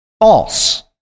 false